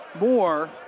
more